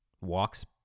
walks